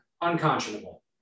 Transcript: Unconscionable